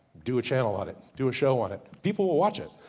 do a channel on it. do a show on it. people will watch it.